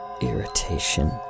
irritation